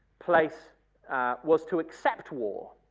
place was to accept war,